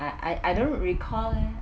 I I don't recall leh